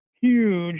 huge